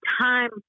time